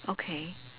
okay